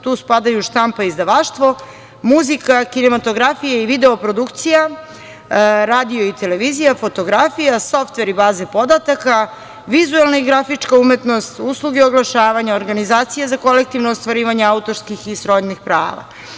Tu spadaju štampa i izdavaštvo, muzika, kinometografija i video produkcija, radio i televizija, fotografija, softver i baze podataka, vizuelna i grafička umetnosti, usluge oglašavanja, organizacije za kolektivno ostvarivanje autorskih i srodnih prava.